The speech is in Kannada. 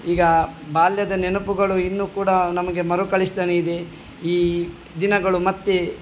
ಈಗ ಬಾಲ್ಯದ ನೆನಪುಗಳು ಇನ್ನೂ ಕೂಡ ನಮಗೆ ಮರುಕಳಿಸ್ತಲೇ ಇದೆ ಈ ದಿನಗಳು ಮತ್ತು